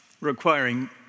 requiring